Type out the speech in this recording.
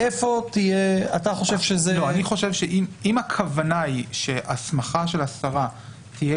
אני חושב שאם הכוונה היא שהסמכה של השרה תהיה